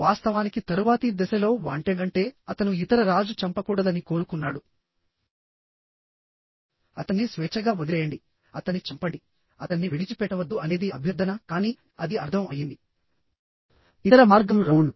వాస్తవానికి తరువాతి దశలో వాంటెడ్ అంటే అతను ఇతర రాజు చంపకూడదని కోరుకున్నాడు అతన్ని విడిచిపెట్టి అతన్ని స్వేచ్ఛగా వదిలేయండి అతన్ని చంపండి అతన్ని విడిచిపెట్టవద్దు అనేది అభ్యర్థన కానీ అది అర్థం అయ్యింది ఇతర మార్గం రౌండ్